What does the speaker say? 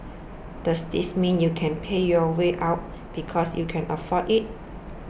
does this mean you can pay your way out because you can afford it